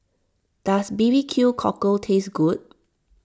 does B B Q Cockle taste good